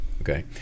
Okay